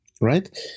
right